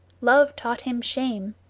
love taught him shame,